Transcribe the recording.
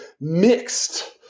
mixed